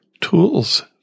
tools